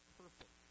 perfect